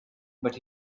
but